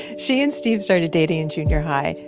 she and steve started dating in junior high.